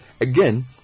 again